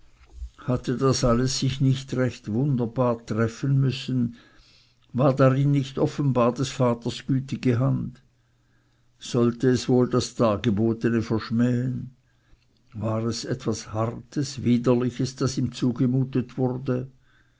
hatte das alles sich nicht recht wunderbar treffen müssen war darin nicht offenbar des vaters gütige hand sollte es wohl das dargebotene verschmähen war es etwas hartes widerliches das ihm zugemutet wurde